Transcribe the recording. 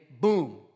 boom